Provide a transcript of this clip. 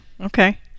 Okay